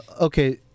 okay